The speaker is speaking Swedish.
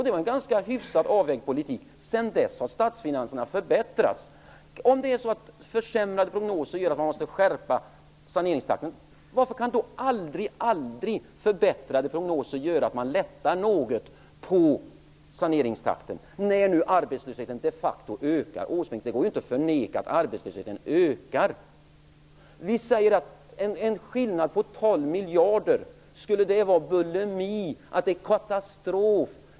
Det var en ganska hyfsat avvägd politik. Sedan dess har statsfinanserna förbättrats. Om försämrade prognoser gör att man måste skärpa saneringstakten, varför kan då förbättrade prognoser aldrig leda till att man lättar något på saneringstakten? Nu ökar ju arbetslösheten de facto. Det går inte att förneka att arbetslösheten ökar, Åsbrink. Skulle en skillnad på 12 miljarder vara bulimi och katastrof?